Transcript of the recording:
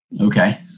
Okay